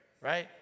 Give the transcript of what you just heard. right